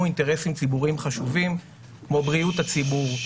אינטרסים ציבוריים חשובים כמו בריאות הציבור,